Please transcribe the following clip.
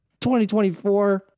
2024